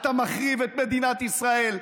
אתה מחריב את מדינת ישראל.